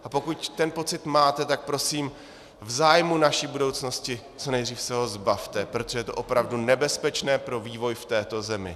A pokud ten pocit máte, tak prosím v zájmu naší budoucnosti, co nejdřív se ho zbavte, protože je to opravdu nebezpečné pro vývoj v této zemi.